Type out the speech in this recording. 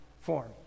form